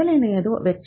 ಮೊದಲನೆಯದು ವೆಚ್ಚ